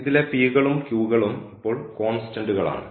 ഇതിലെ കളും കളും ഇപ്പോൾ കോൺസ്റ്റന്റ്കളാണ്